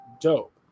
Dope